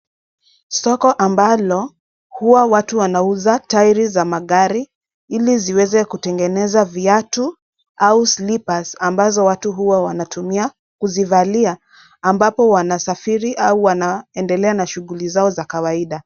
Soko ambapo watu huwa wanauza tairi za magari ili waweze kutengeneza viatu au slippers ambayo watu huwa wanatumia kuzivalia ambapo wanasafiri au wanaendelea na shuguli zao za kawaida.